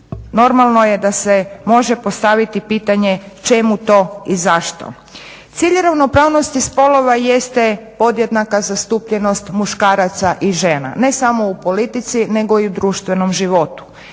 normalno je da se može postaviti pitanje čemu to i zašto. Cilj ravnopravnosti spolova jeste podjednaka zastupljenost muškaraca i žena, ne samo u politici nego i u društvenom životu.